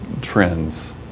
trends